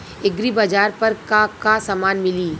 एग्रीबाजार पर का का समान मिली?